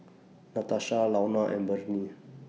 Natasha Launa and Bernie